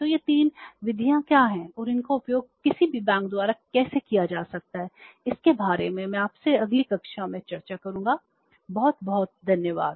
तो ये 3 विधियाँ क्या हैं और इनका उपयोग किसी भी बैंक द्वारा कैसे किया जा सकता है इसके बारे में मैं आपसे अगली कक्षा में चर्चा करूँगा बहुत बहुत धन्यवाद